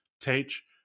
teach